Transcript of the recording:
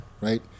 Right